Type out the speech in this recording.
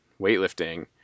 weightlifting